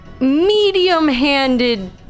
medium-handed